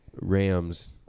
Rams